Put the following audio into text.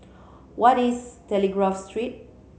what is Telegraph Street